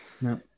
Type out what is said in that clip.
no